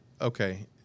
okay